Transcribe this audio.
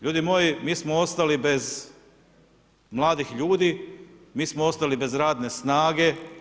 Ljudi moji, mi smo ostali bez mladih ljudi, mi smo ostali bez radne snage.